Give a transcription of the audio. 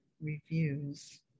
reviews